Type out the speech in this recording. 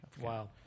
Wow